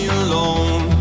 alone